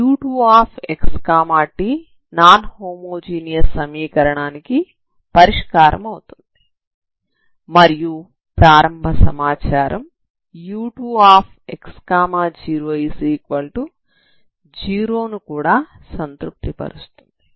u2xt non homogeneous సమీకరణానికి పరిష్కారమవుతుంది మరియు ప్రారంభ సమాచారం u2x00 ను కూడా సంతృప్తి పరుస్తుంది